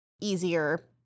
easier